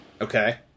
Okay